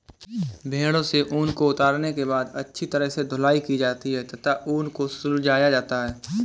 भेड़ों से ऊन को उतारने के बाद अच्छी तरह से धुलाई की जाती है तथा ऊन को सुलझाया जाता है